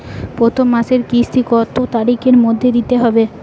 প্রথম মাসের কিস্তি কত তারিখের মধ্যেই দিতে হবে?